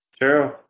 True